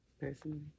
personally